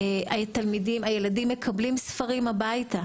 הילדים מקבלים ספרים הביתה,